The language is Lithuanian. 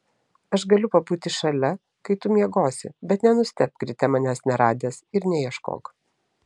aš galiu pabūti šalia kai tu miegosi bet nenustebk ryte manęs neradęs ir neieškok